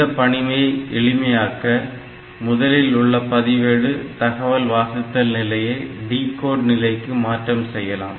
இந்த பணியை எளிமையாக்க முதலில் உள்ள பதிவேடு தகவல் வாசித்தல் நிலையை டிகோட் நிலைக்கு மாற்றம் செய்யலாம்